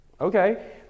Okay